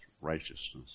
righteousness